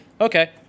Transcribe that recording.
okay